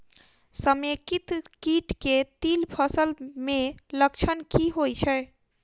समेकित कीट केँ तिल फसल मे लक्षण की होइ छै?